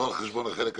לא על חשבון החלק השני.